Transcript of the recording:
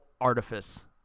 artifice